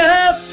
up